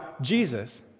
Jesus